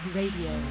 radio